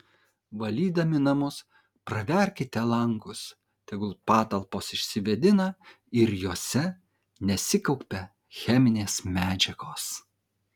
valydami namus praverkite langus tegul patalpos išsivėdina ir jose nesikaupia cheminės medžiagos